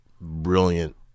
brilliant